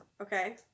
Okay